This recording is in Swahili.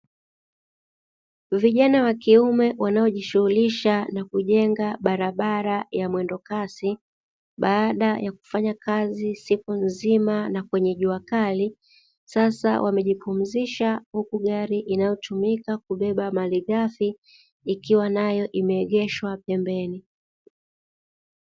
Vijana wa kiume wanaojishughulisha na kujenga barabara ya mwendokasi baada ya kufanya kazi siku nzima na kwenye jua kali, sasa wamejipumzisha huku gari inayotumika kubeba malighafi ikiwa nayo imeegeshwa pembeni.